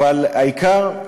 אבל העיקר,